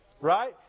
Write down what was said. Right